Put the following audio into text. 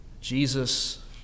Jesus